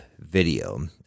video